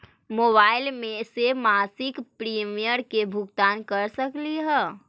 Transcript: Mobile से मासिक premium के भुगतान कर सकली हे?